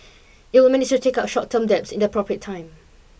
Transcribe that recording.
it will manage to take out short term debts in the appropriate time